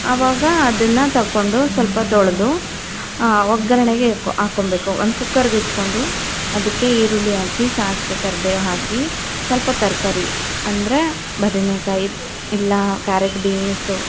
ಆವಾಗ ಅದನ್ನು ತಗೊಂಡು ಸ್ವಲ್ಪ ತೊಳೆದು ಒಗ್ಗರಣೆಗೆ ಹಾಕೊಳ್ಬೇಕು ಒಂದು ಕುಕ್ಕರಿಗೆ ಇಟ್ಕೊಂಡು ಅದಕ್ಕೆ ಈರುಳ್ಳಿ ಹಾಕಿ ಸಾಸಿವೆ ಕರ್ಬೇವು ಹಾಕಿ ಸ್ವಲ್ಪ ತರಕಾರಿ ಅಂದರೆ ಬದನೇಕಾಯಿ ಇಲ್ಲ ಕ್ಯಾರೆಟ್ ಬೀನ್ಸು